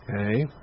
Okay